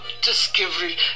discovery